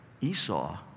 Esau